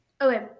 okay